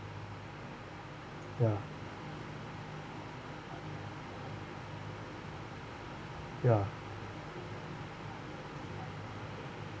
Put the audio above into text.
ya ya